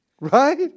right